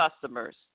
customers